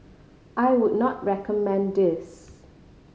I would not recommend this